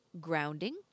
grounding